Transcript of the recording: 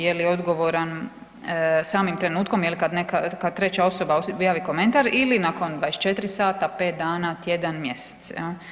Je li odgovoran samim trenutkom jel' kad treća osoba objavi komentar ili nakon 24 sata, 5 dana, tjedan, mjesec?